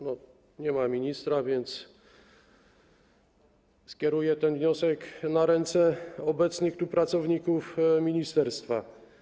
Nie ma ministra, więc skieruję ten wniosek na ręce obecnych tu pracowników ministerstwa.